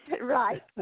Right